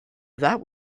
that